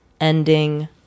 ending